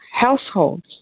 households